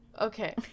Okay